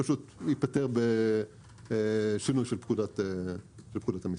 פשוט ייפתר בשינוי של פקודת המיסים.